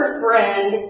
friend